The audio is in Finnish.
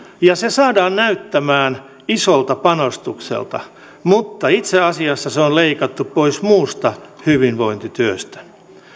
ja se saadaan näyttämään isolta panostukselta mutta itse asiassa se on leikattu pois muusta hyvinvointityöstä